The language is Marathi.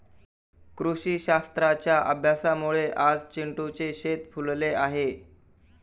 कृषीशास्त्राच्या अभ्यासामुळे आज चिंटूचे शेत फुलले आहे